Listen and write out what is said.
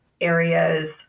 areas